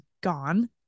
gone